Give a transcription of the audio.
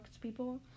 people